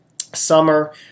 summer